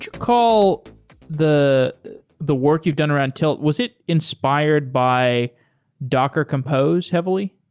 call the the work you've done around tilt, was it inspired by docker compose heavily?